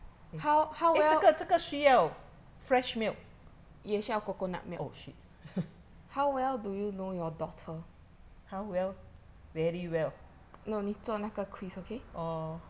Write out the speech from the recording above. eh 这个这个需要 fresh milk oh shit how well very well orh